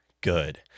Good